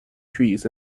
trees